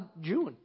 June